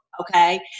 okay